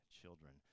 children